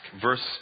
verse